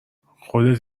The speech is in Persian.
خودت